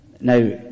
Now